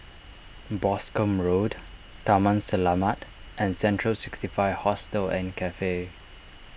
Boscombe Road Taman Selamat and Central sixty five Hostel and Cafe